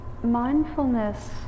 mindfulness